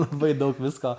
labai daug visko